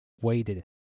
waited